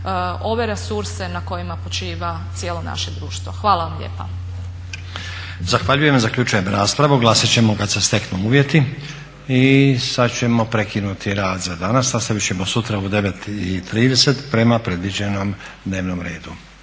ove resurse na kojima počiva cijelo naše društvo. Hvala vam lijepa. **Stazić, Nenad (SDP)** Zahvaljujem. Zaključujem raspravu. Glasat ćemo kad se steknu uvjeti. I sad ćemo prekinuti rad za danas. Nastavit ćemo sutra u 9,30 prema predviđenom dnevnom redu